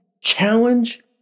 challenge